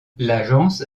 l’agence